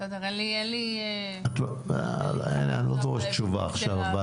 אין לי תשובה עכשיו.